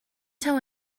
tell